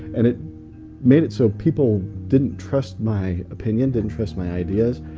and it made it so people didn't trust my opinion, didn't trust my ideas,